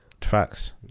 Facts